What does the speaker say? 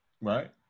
Right